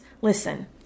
Listen